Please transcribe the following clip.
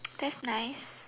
that's nice